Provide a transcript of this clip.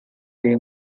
they